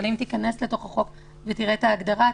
אבל אם תיכנס לחוק ותראה את ההגדרה,